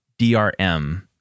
DRM